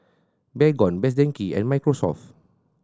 Baygon Best Denki and Microsoft